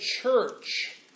church